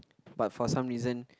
but for some reason